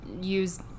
use